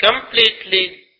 completely